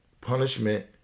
punishment